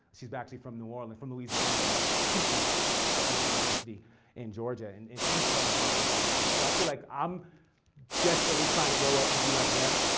she's actually from new orleans, from louisiana, but teaches at emory university in georgia. and and she's part of the dark room collective. so i feel like i'm desperately trying to grow up to be like them.